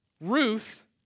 Ruth